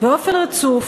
באופן רצוף,